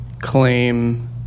claim